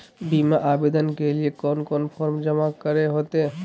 बीमा आवेदन के लिए कोन कोन फॉर्म जमा करें होते